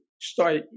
start